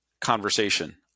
conversation